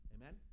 Amen